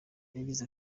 yagize